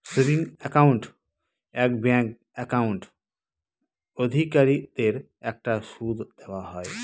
savings account এ bank account অধিকারীদের একটা সুদ দেওয়া হয়